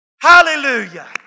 Hallelujah